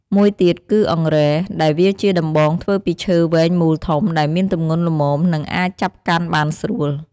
មួយទៀតគឺអង្រែ ដែលវាជាដំបងធ្វើពីឈើវែងមូលធំ ដែលមានទម្ងន់ល្មម និងអាចចាប់កាន់បានស្រួល។